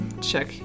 check